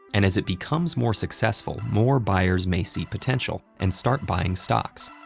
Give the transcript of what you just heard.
and as it becomes more successful, more buyers may see potential and start buying stocks.